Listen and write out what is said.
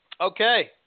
Okay